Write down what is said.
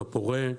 הפורה,